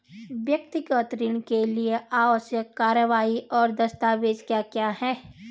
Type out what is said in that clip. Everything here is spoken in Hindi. व्यक्तिगत ऋण के लिए आवश्यक कार्यवाही और दस्तावेज़ क्या क्या हैं?